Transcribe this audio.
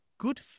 Good